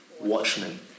Watchmen